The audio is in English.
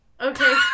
Okay